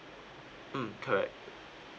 mm correct